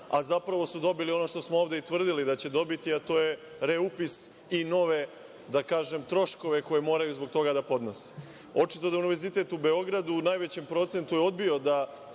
a zapravo su dobili ono što smo ovde i tvrdili da će dobiti, a to je reupis i nove, da kažem, troškove koje moraju zbog toga da podnose. Očito da Univerzitet u Beogradu u najvećem procentu je odbio da